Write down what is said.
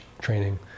training